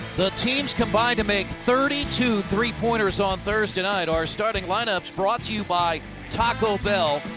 the teams combined to make thirty two three-pointers on thursday night. our starting lineups brought to you by taco bell.